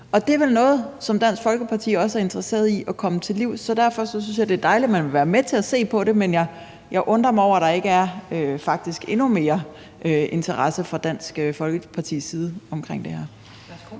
og det er vel noget, som Dansk Folkeparti også er interesseret i at komme til livs. Så derfor synes jeg, det er dejligt, at man vil være med til at se på det. Men jeg undrer mig over, at der faktisk ikke er endnu mere interesse fra Dansk Folkepartis side omkring det her.